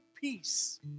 peace